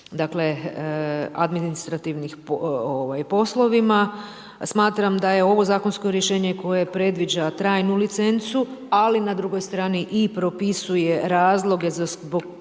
administrativnim poslovima, smatram da je ovo zakonsko rješenje koje predviđa trajnu licencu ali na drugoj strani i propisuje razloge zbog kojih